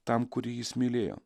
tam kurį jis mylėjo